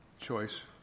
Choice